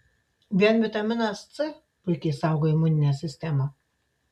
vien vitaminas c puikiai saugo imuninę sistemą